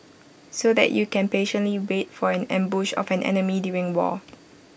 so that you can patiently wait for an ambush of an enemy during war